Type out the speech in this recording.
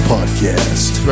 Podcast